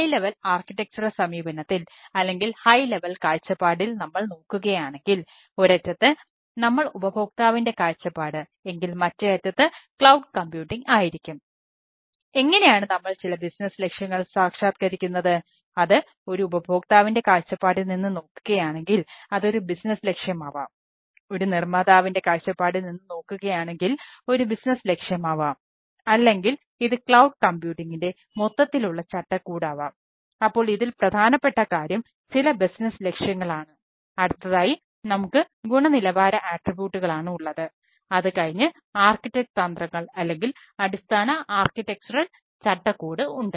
high level architectural ചട്ടക്കൂട് ഉണ്ട്